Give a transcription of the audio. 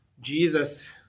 Jesus